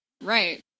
Right